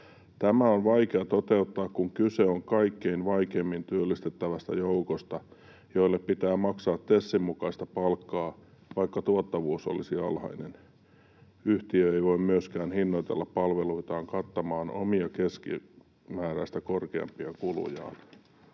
Tämä on vaikea toteuttaa, kun kyse on kaikkein vaikeimmin työllistettävästä joukosta, joille pitää maksaa TESin mukaista palkkaa, vaikka tuottavuus olisi alhainen. Yhtiö ei voi myöskään hinnoitella palveluitaan kattamaan omia keskimääräistä korkeampia kulujaan.”